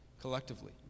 collectively